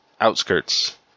outskirts